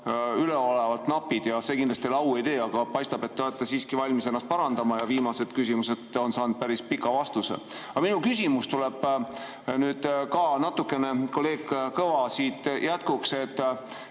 üleolevalt napid. Ja see kindlasti teile au ei tee. Aga paistab, et te olete siiski valmis ennast parandama ja viimased küsimused on saanud päris pika vastuse. Aga minu küsimus tuleb natukene kolleeg Kõva küsimuse jätkuks.